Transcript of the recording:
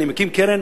אני מקים קרן,